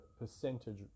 percentage